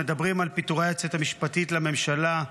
מדברים על פיטורי היועצת המשפטית לממשלה,